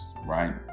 right